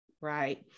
right